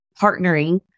partnering